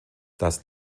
das